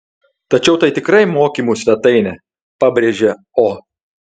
tačiau tai tikrai mokymų svetainė pabrėžė o